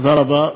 תודה רבה.